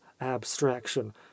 abstraction